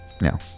no